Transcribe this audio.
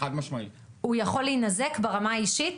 הוא יכול להינזק ברמה האישית?